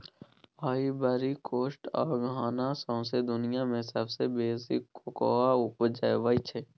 Ivory Coast आ Ghana सौंसे दुनियाँ मे सबसँ बेसी कोकोआ उपजाबै छै